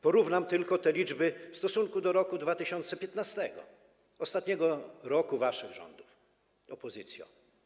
Porównam tylko te liczby w stosunku do roku 2015, ostatniego roku waszych rządów, opozycjo.